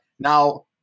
Now